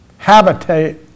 habitate